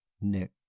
Nick